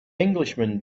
englishman